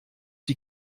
die